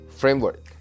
framework